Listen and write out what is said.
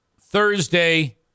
Thursday